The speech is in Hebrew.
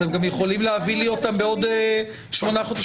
אתם גם יכולים להביא לי אותם בעוד שמונה חודשים.